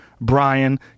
Brian